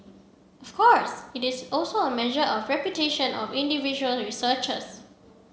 of course it is also a measure of reputation of individual researchers